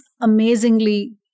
amazingly